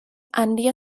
handia